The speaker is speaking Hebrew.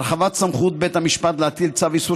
הרחבת סמכות בית המשפט להטיל צו איסור